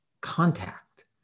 contact